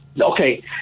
Okay